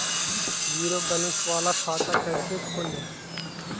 Zero balance बाला खाता कैसे खोले?